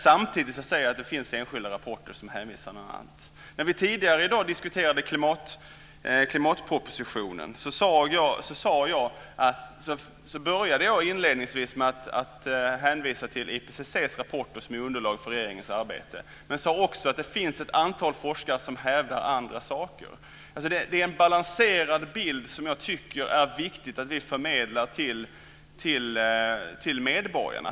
Samtidigt sade jag att det finns enskilda rapporter som säger något annat. När vi tidigare i dag diskuterade klimatpropositionen började jag med att hänvisa till IPCC:s rapporter som är underlag för regeringens arbete. Jag sade också att det finns ett antal forskare som hävdar andra saker. Jag tycker att det är viktigt att vi förmedlar en balanserad bild till medborgarna.